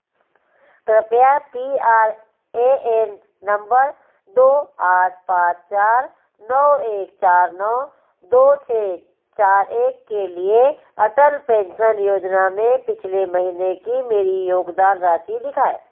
कृपया P R A N number दो आठ पाँच चार नौ एक चार नौ दो छः चार एक के लिए अटल पेंसन योजना में पिछले महीने की मेरी योगदान राशि दिखाएँ